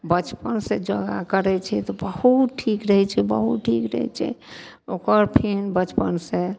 बचपनसँ जे योगा करय छै तऽ बहुत ठीक रहय छै बहुत ठीक रहय छै ओकर फेन बचपनसँ